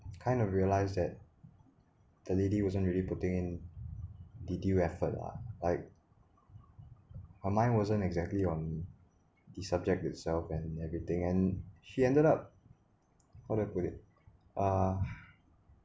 kind of realize that the lady wasn't really putting in the due effort lah like her mind wasn't exactly on the subject itself and everything and she ended up how do I put it uh